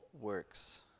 works